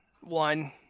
one